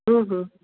हम्म हम्म